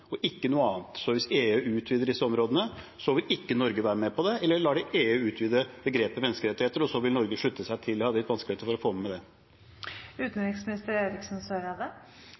og ikke noe annet? Hvis EU utvider disse områdene, vil Norge ikke være med på det, eller lar man EU utvide begrepet «menneskerettigheter», og så vil Norge slutte seg til? Jeg hadde litt vanskeligheter med å få med